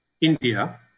India